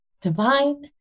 divine